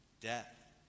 Death